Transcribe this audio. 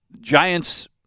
Giants –